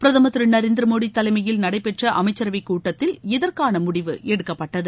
பிரதமர் திரு நரேந்திரமோடி தலைமையில் நடைபெற்ற அமைச்சரவை கூட்டத்தில் இதற்கான முடிவு எடுக்கப்பட்டது